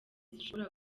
zishobora